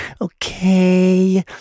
Okay